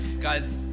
Guys